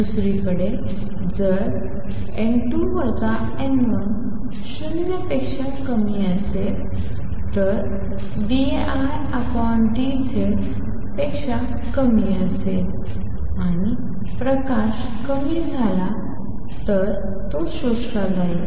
दुसरीकडे जर n2 n1 0 पेक्षा कमी असेल d I d Z पेक्षा कमी असेल आणि प्रकाश कमी झाला तर तो शोषला जाईल